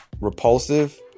repulsive